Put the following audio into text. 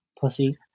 Pussy